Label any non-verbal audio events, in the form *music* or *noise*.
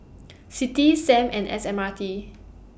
*noise* CITI SAM and S M R T